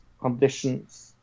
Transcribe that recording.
conditions